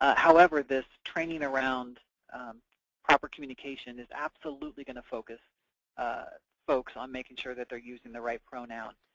however, this training around proper communication is absolutely going to focus folks on making sure that they're using the right pronoun.